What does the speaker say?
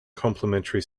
complementary